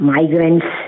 Migrants